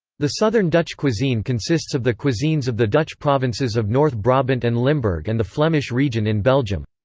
the southern dutch cuisine consists of the cuisines of the dutch provinces of north brabant and limburg and the flemish region in belgium.